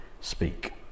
speak